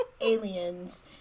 aliens